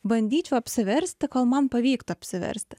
bandyčiau apsiversti kol man pavyktų apsiversti